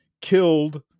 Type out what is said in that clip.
killed